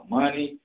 money